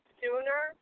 sooner